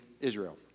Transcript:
Israel